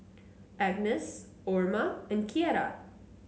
Agness Orma and Kierra